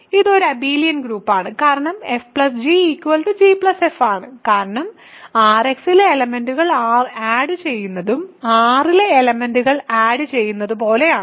ഇത് ഒരു അബെലിയൻ ഗ്രൂപ്പാണ് കാരണം fg gf ആണ് കാരണം Rx ന്റെ എലെമെന്റുകൾ ആഡ് ചെയ്യുന്നതു R ലെ എലെമെന്റുകൾ ആഡ് ചെയ്യുന്നതു പോലെ ആണ്